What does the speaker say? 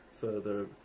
further